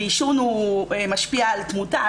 ועישון הוא משפיע על תמותה,